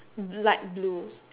light blue